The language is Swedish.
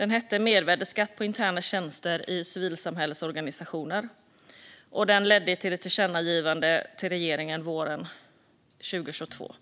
om mervärdesskatt på interna tjänster i civilsamhällesorganisationer, vilken ledde till ett tillkännagivande till regeringen våren 2022.